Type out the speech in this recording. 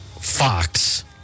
Fox